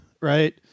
right